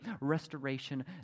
Restoration